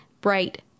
bright